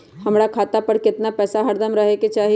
हमरा खाता पर केतना पैसा हरदम रहे के चाहि?